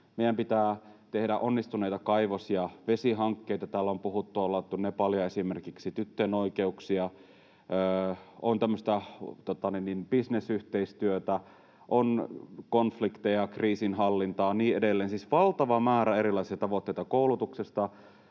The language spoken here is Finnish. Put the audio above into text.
meidän pitää tehdä onnistuneita kaivos‑ ja vesihankkeita — täällä on ollaan otettu Nepalia esimerkiksi — tyttöjen oikeuksia, on tämmöistä bisnesyhteistyötä, on konfliktin-, kriisinhallintaa ja niin edelleen — siis valtava määrä erilaisia tavoitteita koulutuksesta,